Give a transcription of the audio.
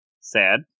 sad